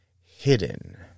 Hidden